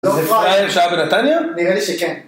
זה פרייר שהיה בנתניה? - נראה לי שכן.